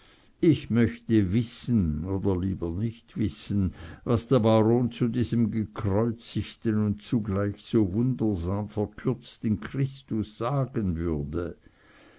ich möchte wissen oder lieber nicht wissen was der baron zu diesem gekreuzigten und zugleich so wundersam verkürzten christus sagen würde